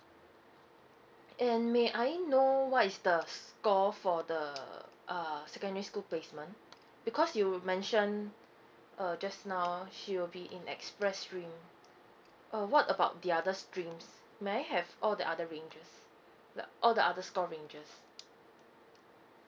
and may I know what is the score for the uh secondary school placement because you mention uh just now she will be in express stream uh what about the other streams may I have all the other ranges like all the score ranges